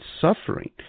suffering